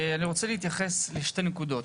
אני רוצה להתייחס לשתי נקודות.